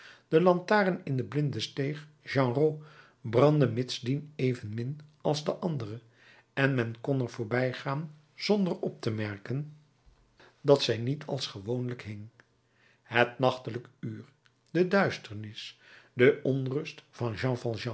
de lantaarn in de blinde steeg genrot brandde mitsdien evenmin als de andere en men kon er voorbij gaan zonder op te merken dat zij niet als gewoonlijk hing het nachtelijk uur de duisternis de onrust van